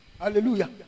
hallelujah